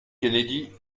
kennedy